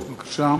בבקשה.